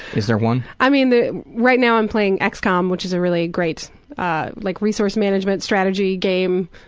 is there one? i mean, the right now i'm playing xcom, which is a really great like resource management, strategy game,